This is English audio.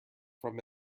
from